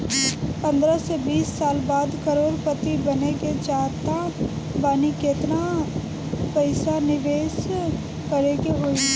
पंद्रह से बीस साल बाद करोड़ पति बने के चाहता बानी केतना पइसा निवेस करे के होई?